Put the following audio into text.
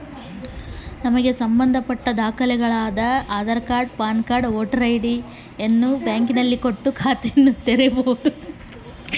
ಬ್ಯಾಂಕಿನಲ್ಲಿ ಖಾತೆ ತೆರೆಯುವುದು ಹೇಗೆ?